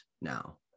now